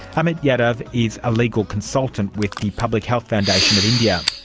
amit yadav is a legal consultant with the public health foundation of india.